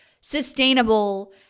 sustainable